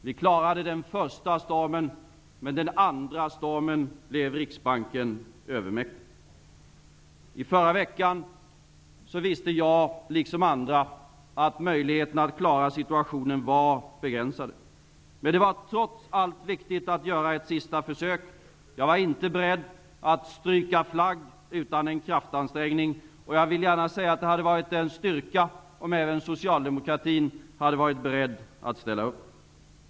Vi klarade den första stormen, men den andra stormen blev Riksbanken övermäktig. I förra veckan visste jag, liksom andra, att möjligheterna att klara situationen var begränsade. Men det var trots allt viktigt att göra ett sista försök; jag var inte beredd att stryka flagg utan en kraftansträngning. Jag vill gärna säga att det hade varit en styrka om även socialdemokraterna hade varit beredda att ställa upp.